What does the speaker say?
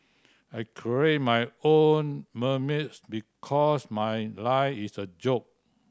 I create my own memes because my life is a joke